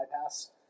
bypass